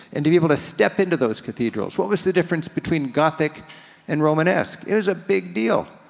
and to be able to step into those cathedrals. what was the difference between gothic and romanesque? it was a big deal.